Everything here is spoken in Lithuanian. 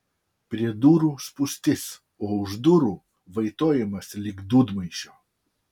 prie durų spūstis o už durų vaitojimas lyg dūdmaišio